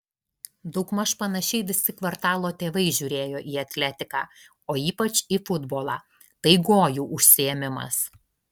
daugmaž panašiai visi kvartalo tėvai žiūrėjo į atletiką o ypač į futbolą tai gojų užsiėmimas